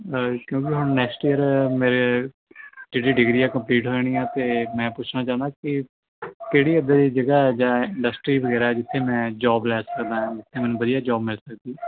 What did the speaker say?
ਕਿਉਂਕਿ ਹੁਣ ਨੈਕਸਟ ਜਿਹੜਾ ਮੇਰੇ ਜਿਹੜੀ ਡਿਗਰੀ ਆ ਕੰਪਲੀਟ ਹੋ ਜਾਣੀ ਆ ਅਤੇ ਮੈਂ ਪੁੱਛਣਾ ਚਾਹੁੰਦਾ ਕਿ ਕਿਹੜੀ ਇੱਦਾਂ ਦੀ ਜਗ੍ਹਾ ਜਾਂ ਇੰਡਸਟਰੀ ਵਗੈਰਾ ਜਿੱਥੇ ਮੈਂ ਜੋਬ ਲੈ ਸਕਦਾ ਜਾਂ ਮੈਨੂੰ ਵਧੀਆ ਜੋਬ ਮਿਲ ਸਕਦੀ